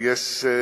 סקטורים,